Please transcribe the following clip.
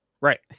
Right